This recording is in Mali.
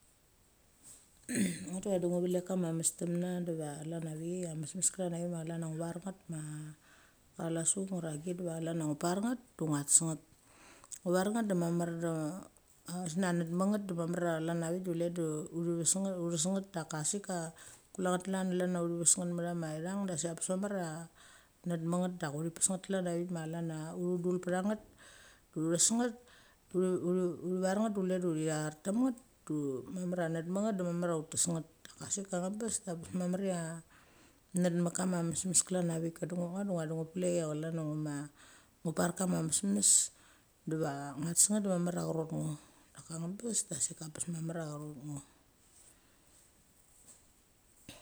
ngo de va di ngo velek kama mestamna diva chlan a vik chaia cha mesmes ma chlan chia ngo ver nget. Ma chalasung ura agit diva chlan na ngu par nget du ngia tes nget. Ngu ver nget de mamar da chesngia net met nget de mamar ia chlan a vik de chule de utha ves nget uthas nget daka sik ka kule nget klan de chlan ves nget mathama da sik abes mamar chia net met nget dek uthi pes nget klan a vik ma chlan uthu dul petha nget, uthi ver nget du chule du thi thar tam nget du mamar a net met nget de mamar chia ut tes nget. Daka asik ka angbes, dabes mamar chia net mek ka ma mesmes klan a vik ngo per kama mesmes, diva ngia tes nget de mamar chia atha rot ngo. Daka angbes da sik abes mamar cha arot ngo.